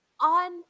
on